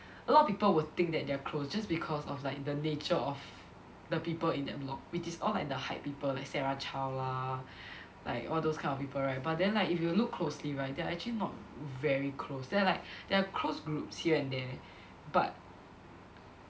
a lot of people will think that they are close just because of like the nature of the people in that block which is all like the hype people like Sarah Chow lah like all those kind of people right but then like if you look closely right they are actually not very close there are like there are close groups here and there but